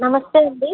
నమస్తే అండి